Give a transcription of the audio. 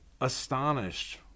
astonished